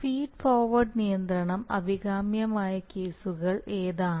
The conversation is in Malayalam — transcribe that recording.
ഫീഡ് ഫോർവേർഡ് നിയന്ത്രണം അഭികാമ്യമായ കേസുകൾ ഏതാണ്